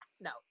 No